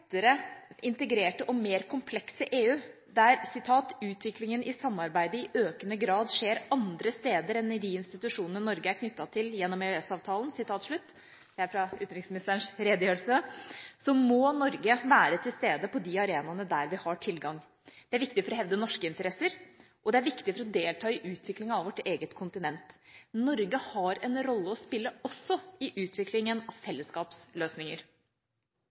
integrerte og mer komplekse EU, der «utviklingen i EU-samarbeidet i økende grad skjer andre steder enn i de institusjonene Norge er knyttet til gjennom EØS-avtalen» – det er fra utenriksministerens redegjørelse – må Norge være tilstede på de arenaene der vi har tilgang. Det er viktig for å hevde norske interesser, og det er viktig for å delta i utviklingen av vårt eget kontinent. Norge har en rolle å spille også i utviklingen av fellesskapsløsninger.